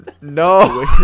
No